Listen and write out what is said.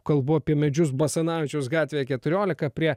kalbų apie medžius basanavičiaus gatvė keturiolika prie